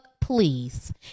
please